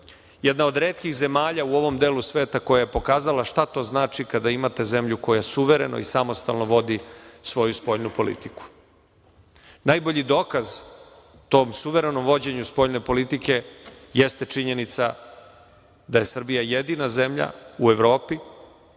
jedna od retkih zemalja u ovom delu sveta koja je pokazala šta to znači kada imate zemlju koja suvereno i samostalno vodi svoju spoljnu politiku. Najbolji dokaz tom suverenom vođenju spoljne politike jeste činjenica da je Srbija jedina zemlja u Evropi,